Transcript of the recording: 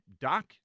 Doc